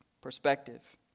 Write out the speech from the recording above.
perspective